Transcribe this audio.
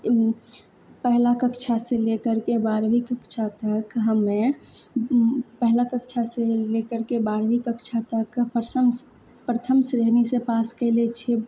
पहिला कक्षा से ले करके बारहवीं कक्षा तक हमे पहिला कक्षा से लेकरके बारहवीं कक्षा तक प्रथम श्रेणीसँ पास कएले छियै